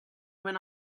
went